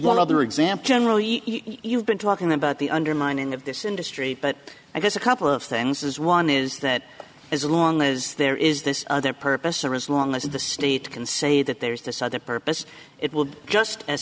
one other example generally you've been talking about the undermining of this industry but i guess a couple of things is one is that as long as there is this there purpose or as long as the state can say that there is this other purpose it will be just as